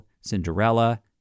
Cinderella